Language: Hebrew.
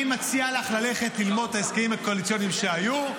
אני מציע לך ללכת ללמוד את ההסכמים הקואליציוניים שהיו,